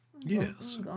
Yes